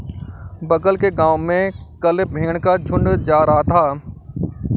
बगल के गांव में कल भेड़ का झुंड जा रहा था